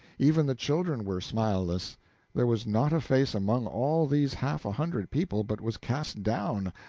even the children were smileless there was not a face among all these half a hundred people but was cast down,